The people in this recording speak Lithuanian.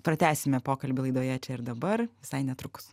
pratęsime pokalbį laidoje čia ir dabar visai netrukus